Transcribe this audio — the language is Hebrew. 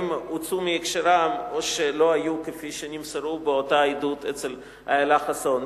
הוצאו מהקשרם או שלא היו כפי שנמסרו באותה עדות אצל איילה חסון.